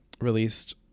released